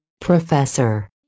Professor